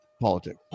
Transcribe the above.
politics